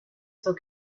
zur